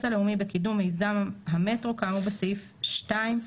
הלאומי בקידום מיזם המטרו כאמור בסעיף 2,